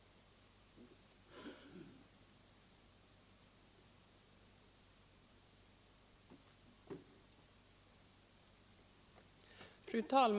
Vill försvarsministern medverka till att en allsidig utredning av skjutfältsfrågan kommer till stånd och att inga beslut dessförinnan fattas från vare sig militärernas eller statsmakternas sida?